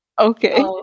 Okay